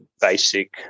basic